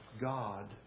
God